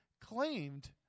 claimed